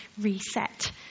reset